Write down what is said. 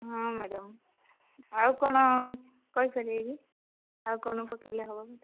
ହଁ ମ୍ୟାଡ଼ମ୍ ଆଉ କଣ କହିପାରିବେକି ଆଉ କ'ଣ ପକେଇଲେ ହବ